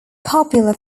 popular